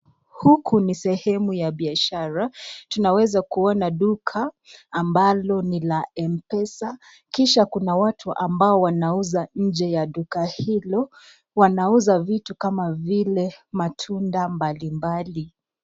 Huku ni sehemu ya biashara , tunaweza kuona duka ambalo ni la mpesa kisha kuna watu ambao wanauza nje ya duka hilo wanauza vitu kama vile matunda mbali mbali.